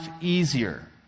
easier